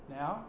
now